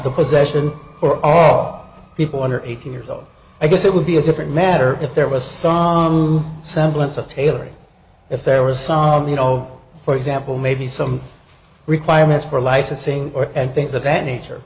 the possession for all people under eighteen years old i guess it would be a different matter if there was son semblance of tailoring if there was sound you know for example maybe some requirements for licensing or and things of that nature